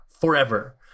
forever